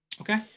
okay